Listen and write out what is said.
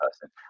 person